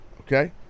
okay